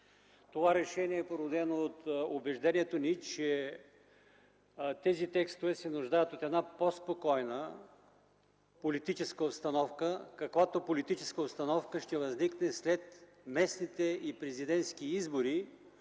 Това решение е породено от убеждението ни, че тези текстове се нуждаят от една по-спокойна политическа обстановка, каквато политическа обстановка ще възникне след местните и президентски избори,